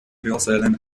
hörsälen